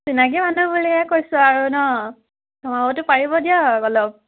চিনাকি মানুহ বুলিয়েই কৈছোঁ আৰু ন কমাবতো পাৰিব দিয়ক অলপ